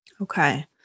Okay